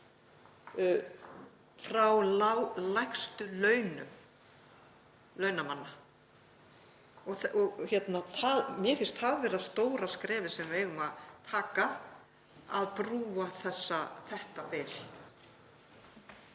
frá lægstu launum launamanna finnst mér það vera stóra skrefið sem við eigum að stíga að brúa þetta bil.